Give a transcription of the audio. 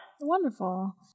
Wonderful